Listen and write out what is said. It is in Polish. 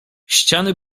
ściany